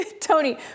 Tony